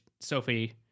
sophie